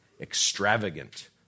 extravagant